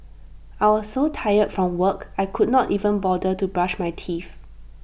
I was so tired from work I could not even bother to brush my teeth